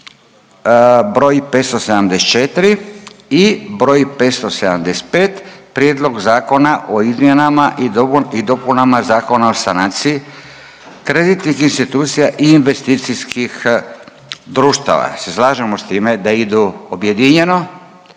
br. 574 i - Prijedlog zakona o izmjenama i dopunama Zakona o sanaciji kreditnih institucija i investicijskih društava, prvo čitanje,